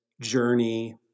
journey